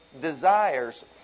desires